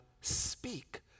speak